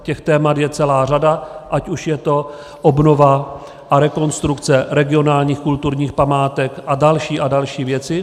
Těch témat je celá řada, ať už je to obnova a rekonstrukce regionálních kulturních památek a další a další věci.